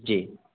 जी